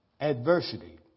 adversity